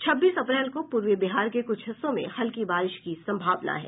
छब्बीस अप्रैल को पूर्वी बिहार के कुछ हिस्सों में हल्की बारिश की सम्भावना है